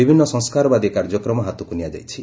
ବିଭିନ୍ନ ସଂସ୍କାରବାଦୀ କାର୍ଯ୍ୟକ୍ରମ ହାତକୁ ନିଆଯାଇଛି